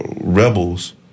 rebels